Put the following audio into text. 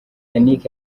yannick